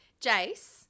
Jace